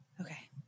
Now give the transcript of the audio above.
Okay